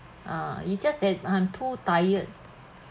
uh it's just that I'm too tired